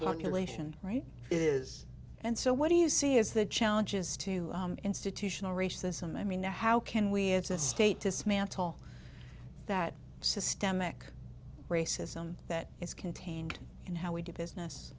elation right is and so what do you see is the challenges to institutional racism i mean how can we as a state dismantle that systemic racism that is contained in how we do business